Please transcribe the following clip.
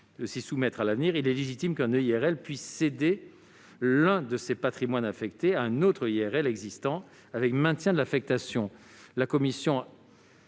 de s'y soumettre à l'avenir, il est en revanche légitime qu'un EIRL puisse céder l'un de ses patrimoines affectés à un autre EIRL existant, avec maintien de l'affectation.